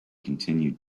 continued